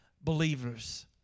believers